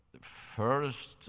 first